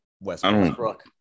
Westbrook